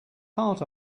part